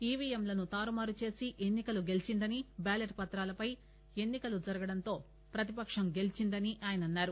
ఈవిఎంలను తారుమారు చేసి ఎన్ని కలు గెలిచిందని బ్యాలెట్ పత్రాలపై ఎన్ని కలు జరుగడంతో ప్రతిపక్షం గెలీచిందని ఆయన అన్నారు